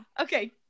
okay